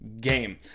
game